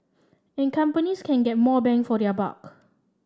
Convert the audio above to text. and companies can get more bang for their buck